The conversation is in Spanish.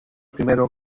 primero